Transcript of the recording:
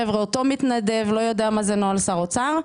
חבר'ה, אותו מתנדב לא יודע מה זה נוהל שר אוצר.